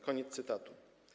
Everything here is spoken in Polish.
Koniec cytatu.